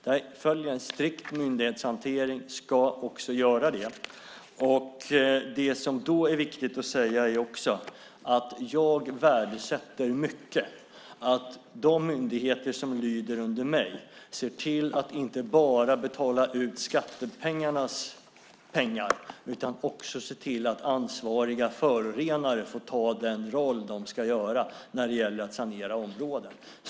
Jag följer en strikt myndighetshantering och ska också göra det. Det är viktigt att säga att jag värdesätter att de myndigheter som lyder under mig inte bara betalar ut skattebetalarnas pengar utan också ser till att ansvariga förorenare får spela den roll de ska när det gäller att sanera områden.